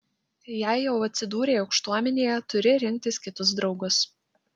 jei jau atsidūrei aukštuomenėje turi rinktis kitus draugus